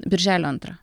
birželio antrą